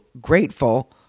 grateful